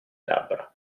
labbra